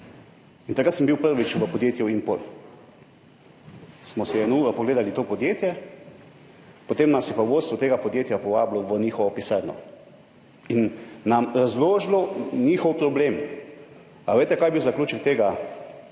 in takrat sem bil prvič v podjetju Impol. Smo si eno uro pogledali to podjetje, potem nas je pa vodstvo tega podjetja povabilo v njihovo pisarno in nam razložilo njihov problem. A veste, kaj je bil zaključek tega